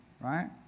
right